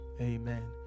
Amen